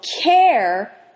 care